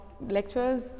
lectures